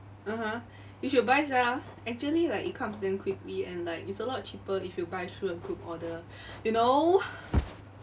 (uh huh) you should buy sia actually like it comes damn quickly and like it's a lot cheaper if you buy through the group order you know